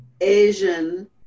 Asian